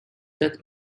death